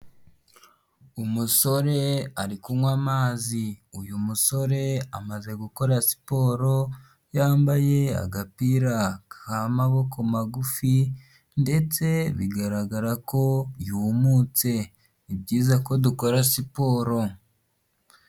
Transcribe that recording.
Umusore ari kunywa amazi, uyu musore amaze gukora siporo, yambaye agapira k'amaboko magufi ndetse bigaragara ko yumutse, ni byiza ko dukora siporo.